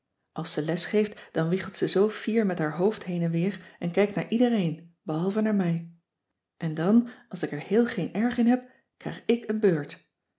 als ze les geeft dan wiegelt ze zoo fier met haar hoofd heen en weer en kijkt naar iedereen behalve naar mij en dan als ik er heel geen erg in heb krijg ik een beurt